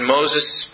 Moses